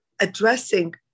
addressing